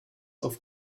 auf